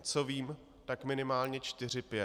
Co vím, tak minimálně čtyři pět.